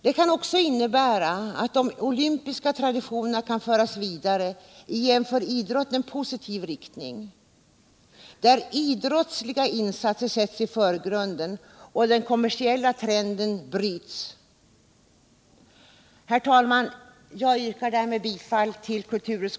Det kan också innebära att de olympiska traditionerna kan föras vidare i en för idrotten positiv riktning, där idrottsliga insatser sätts i förgrunden och den kommersiella trenden bryts.